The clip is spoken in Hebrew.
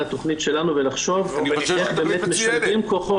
התכנית שלנו ולחשוב איך באמת משלבים כוחות.